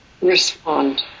respond